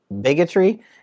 bigotry